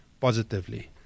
positively